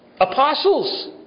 apostles